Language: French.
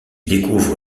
découvre